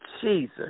Jesus